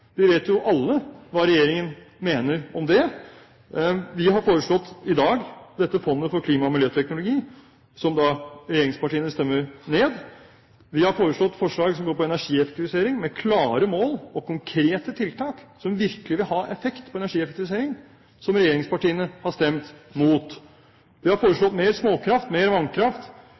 vi vet jo alle hva regjeringen mener om det. Vi har foreslått i dag dette fondet for klima- og miljøteknologi, som regjeringspartiene stemmer ned. Vi har kommet med forslag som går på energieffektivisering – med klare mål og konkrete tiltak, som virkelig vil ha effekt på energieffektivisering – som regjeringspartiene har stemt mot. Vi har foreslått mer småkraft, mer vannkraft,